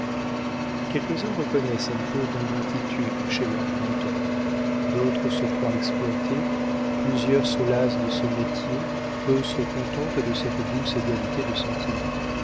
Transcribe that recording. uns reconnaissent un peu d'ingratitude chez leur grand homme d'autres se croient exploités plusieurs se lassent de ce métier peu se contentent de cette douce égalité de sentiment